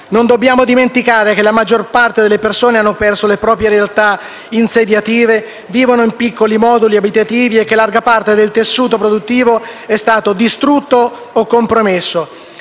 Non dobbiamo dimenticare che la maggior parte delle persone hanno perso le proprie realtà insediative che vivono in piccoli moduli abitativi e che larga parte del tessuto produttivo è stato distrutto o compromesso.